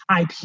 IP